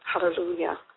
hallelujah